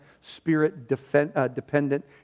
Spirit-dependent